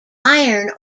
iron